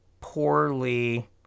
poorly